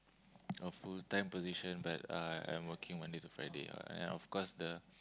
a full time position but I am working Monday to Friday and of course the